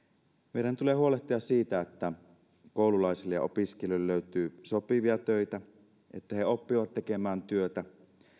meidän tulee huolehtia siitä että koululaisille ja opiskelijoille löytyy sopivia töitä että he oppivat tekemään työtä